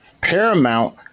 Paramount